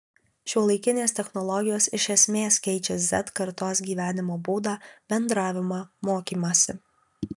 šiuolaikinės technologijos iš esmės keičia z kartos gyvenimo būdą bendravimą mokymąsi